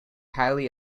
highly